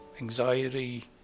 anxiety